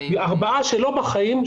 ארבעה שלא בחיים,